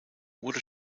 wurde